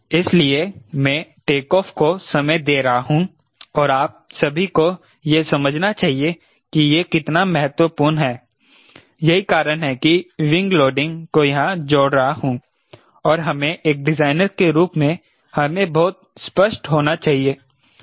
इसलिए मैं टेकऑफ़ को समय दे रहा हूं और आप सभी को यह समझना चाहिए कि यह कितना महत्वपूर्ण है यही कारण है कि विंग लोडिंग को यहां जोड़ कर रहा हूं और हमें एक डिजाइनर के रूप में हमें बहुत स्पष्ट होना चाहिए